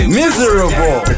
miserable